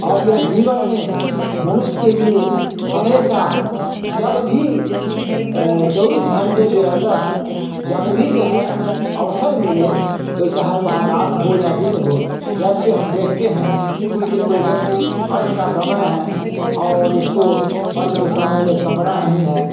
और यह जीवन में मनुष्य के लिए हमेशा जब भी चौबीस घंटे के अन्दर जब भी जो है अवसर मिले तो चाहे वह रात हो या दिन हो जैसे हम देखते हैं कोई भी कोई व्यक्ति पर्व का समय है और उसको पर्व के समय में कपड़ा नहीं है